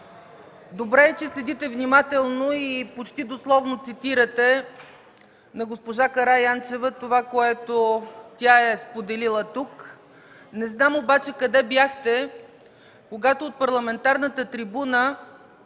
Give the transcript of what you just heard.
Добре е, че следите внимателно и почти дословно цитирате на госпожа Караянчева това, което тя е споделила тук. Не знам обаче къде бяхте, когато от парламентарната трибуна